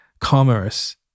commerce